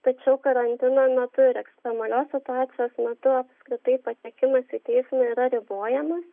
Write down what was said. tačiau karantino metu ir ekstremalios situacijos metu apskritai patekimas į teismą yra ribojamas